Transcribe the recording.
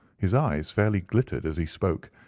his eyes fairly glittered as he spoke,